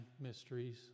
mysteries